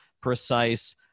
precise